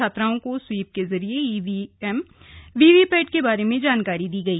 छात्राओं को स्वीप के जरिये ईवीएम वीवीपैट के बारे में जानकारी दी गई